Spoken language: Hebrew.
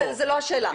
זו לא השאלה.